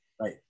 Right